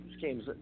game's